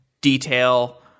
detail